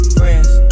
friends